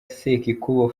sekikubo